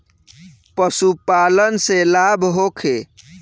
पशु पालन से लाभ होखे?